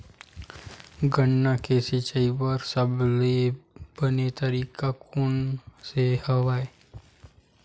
गन्ना के सिंचाई बर सबले बने तरीका कोन से हवय?